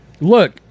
look